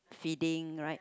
feeding right